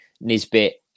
Nisbet